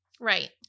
Right